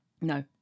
No